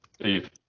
Steve